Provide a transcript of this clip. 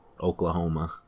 Oklahoma